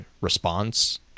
response